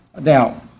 Now